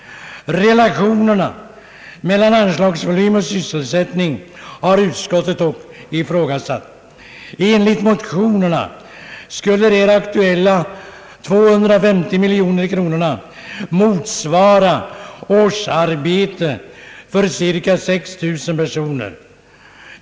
Relationen mellan anslagsvolym och sysselsättning har utskottet dock ifrågasatt. Enligt motionerna skulle de här aktuella 250 miljonerna motsvara årsarbete för cirka 6 000 personer.